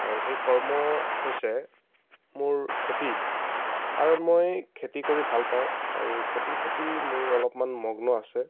আৰু সেই কৰ্ম হৈছে মোৰ খেতি কাৰণ মই খেতি কৰি ভাল পাওঁ আৰু খেতিৰ প্ৰতি মোৰ অলপমান মগ্ন আছে